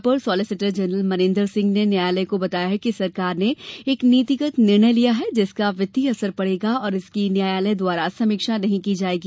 अपर solicitor general Maninder Singh ने न्यायालय को बताया कि सरकार ने एक नीतिगत निर्णय लिया है जिसका वित्तीय असर पड़ेगा और इसकी न्यायालय द्वारा समीक्षा नहीं की जाएगी